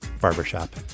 Barbershop